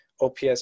OPS